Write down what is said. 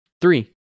three